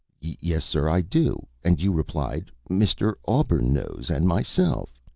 yes, sir, i do. and you replied, mr. auburnose and myself